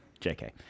jk